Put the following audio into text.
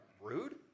rude